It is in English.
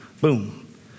boom